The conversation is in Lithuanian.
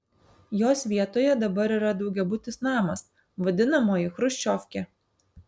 jos vietoje dabar yra daugiabutis namas vadinamoji chruščiovkė